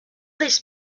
this